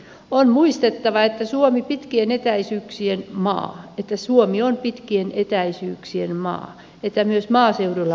on muistettava että suomen pitkien etäisyyksien maa ettei suomi on pitkien etäisyyksien maa ja että myös maaseudulla pitää liikkua